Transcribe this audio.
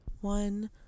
one